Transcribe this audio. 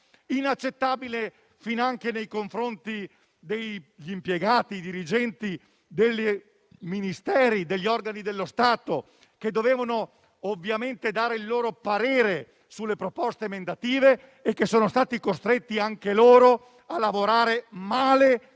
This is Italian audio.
inaccettabile finanche nei confronti degli impiegati e dirigenti dei Ministeri e degli organi dello Stato, che dovevano ovviamente dare il loro parere sulle proposte emendative e che sono stati costretti anche loro a lavorare male e